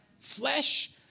Flesh